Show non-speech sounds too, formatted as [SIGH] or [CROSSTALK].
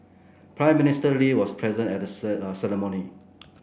Prime Minister Lee was present at [UNINTELLIGIBLE] ceremony